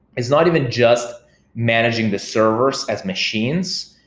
it's not even just managing the servers as machines,